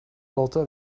lotte